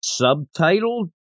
subtitled